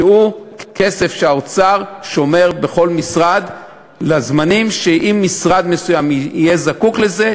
שהם כסף שהאוצר שומר בכל משרד לזמנים שהמשרד יהיה זקוק לזה,